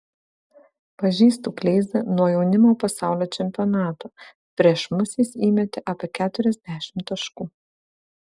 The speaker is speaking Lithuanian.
pažįstu kleizą nuo jaunimo pasaulio čempionato prieš mus jis įmetė apie keturiasdešimt taškų